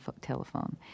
telephone